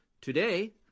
Today